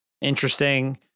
Interesting